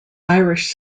irish